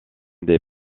des